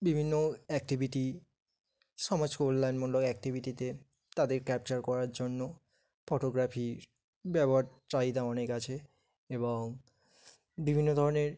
বিভিন্ন অ্যাক্টিভিটি সমাজ কল্যাণমূলক অ্যাক্টিভিটিতে তাদের ক্যাপচার করার জন্য ফটোগ্রাফির ব্যবহার চাহিদা অনেক আছে এবং বিভিন্ন ধরনের